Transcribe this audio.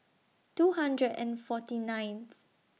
two hundred and forty ninth